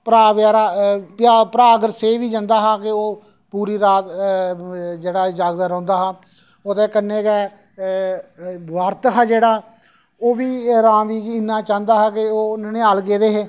भ्रा जेह्ड़ा भ्रा अगर सेई बी जंदा हा ते ओह् पूरी रात जेह्ड़ा जागदा रौंह्दा हा ओह्दे कन्नै गै भरत हा जेह्ड़ा ओह् बी राम जी गी इन्ना चांह्दा हा कि ओह् ननिहाल गेदे हे